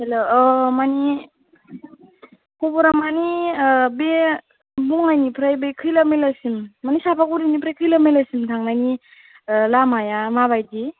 hello औ माने खबरा माने बे बङाइगावनिफ्राय बे खैला मैलासिम माने सापागुरिफ्राइ खैला मैलासिम थांनायनि लामाया मा बायदि